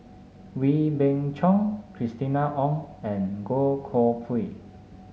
Wee Beng Chong Christina Ong and Goh Koh Pui